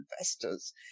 investors